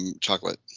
chocolate